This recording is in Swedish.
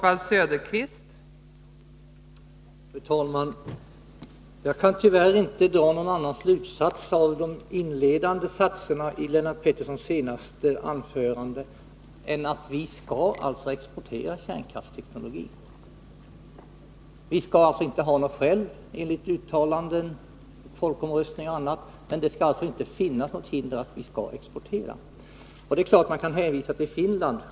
Fru talman! Jag kan tyvärr inte dra någon annan slutsats av de inledande satserna i Lennart Petterssons senaste inlägg än att vi skall exportera kärnkraftsteknologi. Vi skall alltså inte själva ha någon kärnkraftsteknologi enligt uttalanden, folkomröstning m.m., men det skall inte finnas något hinder för att vi exporterar sådan. Det är klart att man kan hänvisa till Finland.